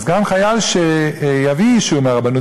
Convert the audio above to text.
אז גם חייל שיביא אישור מהרבנות,